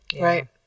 right